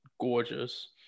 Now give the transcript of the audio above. gorgeous